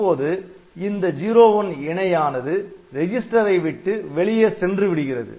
இப்போது இந்த "01" இணையானது ரிஜிஸ்டர்ஐ விட்டு வெளியே சென்றுவிடுகிறது